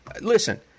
listen